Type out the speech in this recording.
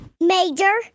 Major